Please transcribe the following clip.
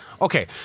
Okay